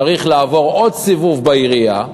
צריך לעבור עוד סיבוב בעירייה,